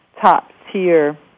top-tier